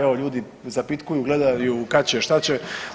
Evo ljudi zapitkuju, gledaju kad će, šta će.